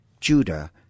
Judah